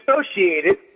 associated